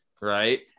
Right